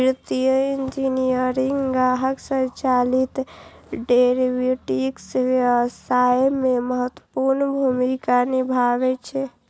वित्तीय इंजीनियरिंग ग्राहक संचालित डेरेवेटिव्स व्यवसाय मे महत्वपूर्ण भूमिका निभाबै छै